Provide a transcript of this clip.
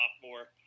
sophomore